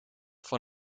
van